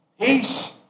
peace